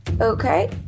Okay